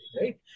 right